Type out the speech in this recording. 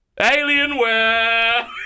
Alienware